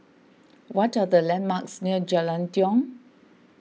what are the landmarks near Jalan Tiong